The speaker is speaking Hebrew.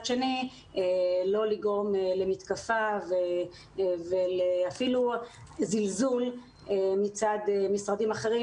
שני לא לגרום למתקפה ואפילו לזלזול מצד משרדים אחרים,